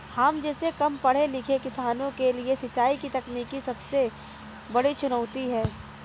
हम जैसै कम पढ़े लिखे किसानों के लिए सिंचाई की तकनीकी सबसे बड़ी चुनौती है